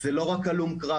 זה לא רק הלום קרב.